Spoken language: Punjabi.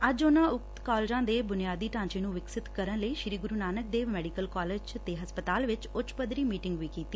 ਅੱਜ ਉਨਾਂ ਉਕਤ ਕਾਲਜਾਂ ਦੇ ਬੁਨਿਆਦੀ ਢਾਂਚੇ ਨੂੰ ਵਿਕਸਤ ਕਰਨ ਲਈ ਸੀ ਗੁਰੁ ਨਾਨਕ ਦੇਵ ਮੈਡੀਕਲ ਕਾਲਜ ਤੇ ਹਸਪਤਾਲ ਵਿਚ ਉਚ ਪੱਧਰੀ ਮੀਟਿੰਗ ਵੀ ਕੀਤੀ